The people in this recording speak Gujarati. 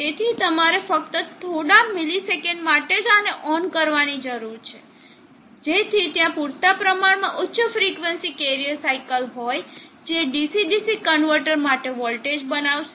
તેથી તમારે ફક્ત થોડા મિલિસેકંડ માટે જ આને ઓન કરવાની જરૂર છે જેથી ત્યાં પૂરતા પ્રમાણમાં ઉચ્ચ ફ્રિકવન્સી કેરીઅર સાઇકલ હોય જે DC DC કન્વર્ટર માટે વોલ્ટેજ બનાવશે